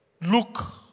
look